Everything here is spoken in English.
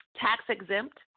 tax-exempt